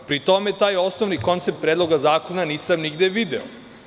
Pri tome, taj osnovni koncept Predloga zakona nisam nigde video.